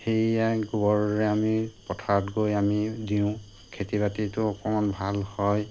সেয়া গোবৰৰে আমি পথাৰত গৈ আমি দিওঁ খেতি বাতিটো অকণমান ভাল হয়